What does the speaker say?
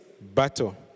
battle